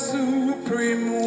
supreme